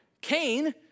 Cain